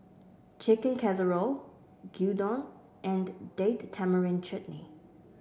Chicken Casserole Gyudon and Date Tamarind Chutney